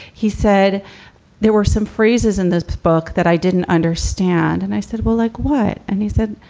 he said there were some phrases in this book that i didn't understand. and i said, well, like what? and he said,